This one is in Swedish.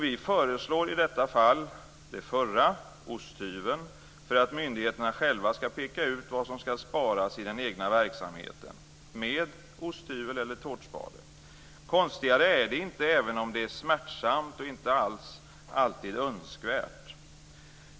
Vi föreslår i detta fall det förra, osthyveln, för att myndigheterna själva skall peka ut vad som skall sparas i den egna verksamheten, med osthyvel eller tårtspade. Konstigare är det inte även om det är smärtsamt och inte alls alltid önskvärt.